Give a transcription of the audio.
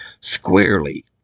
squarely